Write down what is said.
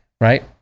right